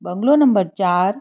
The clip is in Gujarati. બંગલો નંબર ચાર